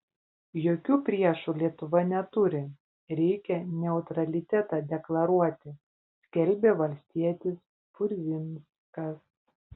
jokių priešų lietuva neturi reikia neutralitetą deklaruoti skelbė valstietis purvinskas